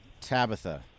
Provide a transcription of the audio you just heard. Tabitha